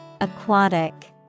Aquatic